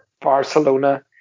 Barcelona